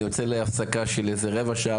אני יוצא להפסקה של 15 דקות,